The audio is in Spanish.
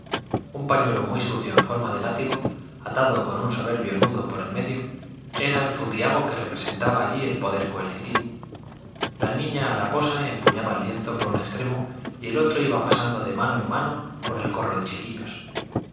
un pañuelo muy sucio en forma de látigo atado con un soberbio nudo por el medio era el zurriago que representaba allí el poder coercitivo la niña haraposa empuñaba el lienzo por un extremo y el otro iba pasando de mano en mano por el corro de chiquillos